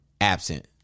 absent